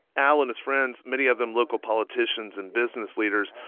al and his friends, many of them local politicians and business leaders,